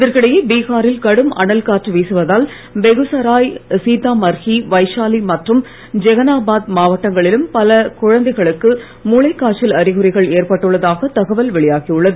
இதற்கிடையே பீகாரில் கடும் அனல் காற்று வீசுவதால் பெகுசராய் சீத்தாமர்ஹி வைஷாலி மற்றும் ஜெகனாபாத் மாவட்டங்களிலும் பல குழந்தைகளுக்கு மூளைக் காய்ச்சல் அறிகுறிகள் ஏற்பட்டுள்ளதாக தகவல் வெளியாகி உள்ளது